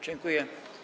Dziękuję.